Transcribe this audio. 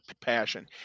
passion